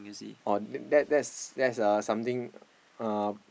oh that that's that's uh something uh